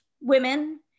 women